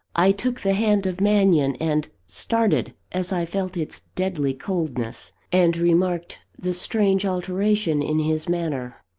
i took the hand of mannion, and started as i felt its deadly coldness, and remarked the strange alteration in his manner.